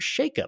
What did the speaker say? shakeup